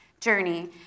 journey